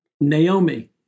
Naomi